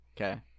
okay